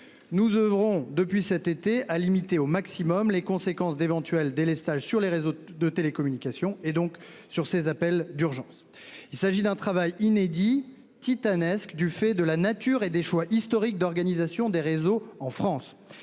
Nous oeuvrons depuis cet été à limiter au maximum les conséquences d'éventuels délestages sur les réseaux de télécommunications et donc sur ces appels d'urgence. Il s'agit d'un travail inédit titanesque du fait de la nature et des choix historique d'organisation des réseaux en France.